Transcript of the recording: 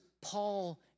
Paul